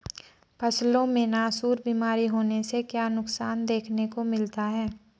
फसलों में नासूर बीमारी होने से क्या नुकसान देखने को मिलता है?